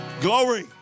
Glory